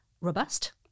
robust